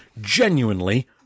genuinely